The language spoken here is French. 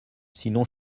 sinon